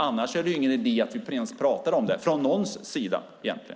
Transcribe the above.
Annars är det ingen idé att vi pratar om det, inte från någons sida egentligen.